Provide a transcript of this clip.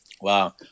Wow